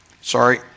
sorry